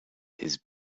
his